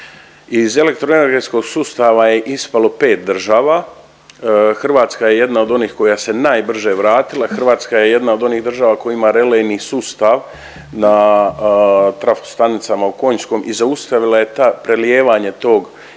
Iz elektroenergetskog sustava je ispalo 5 država. Hrvatska je jedna od onih koja se najbrže vratila. Hrvatska je jedna od onih država koja ima relejni sustav na trafostanicama u Konjskom i zaustavila je ta prelijevanje tog ispada